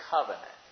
Covenant